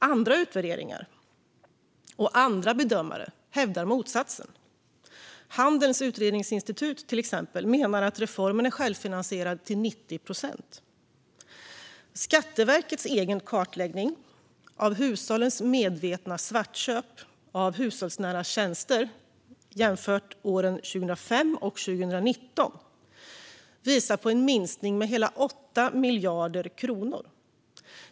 Andra utvärderingar och andra bedömare hävdar motsatsen. Till exempel Handelns Utredningsinstitut menar att reformen är självfinansierad till 90 procent. Skatteverkets egen kartläggning av hushållens medvetna svartköp av hushållsnära tjänster, jämfört åren 2005 och 2019, visar på en minskning med hela 8 miljarder kronor.